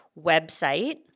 website